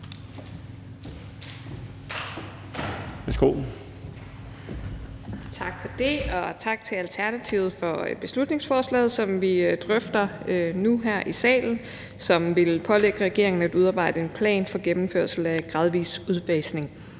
Tak for det, og tak til Alternativet for beslutningsforslaget, som vi drøfter nu her i salen, og som vil pålægge regeringen at udarbejde en plan for gennemførelse af en gradvis udfasning